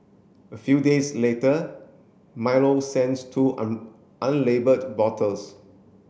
a few days later Milo sends two unlabelled bottles